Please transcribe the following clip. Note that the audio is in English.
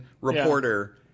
reporter